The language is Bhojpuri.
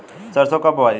सरसो कब बोआई?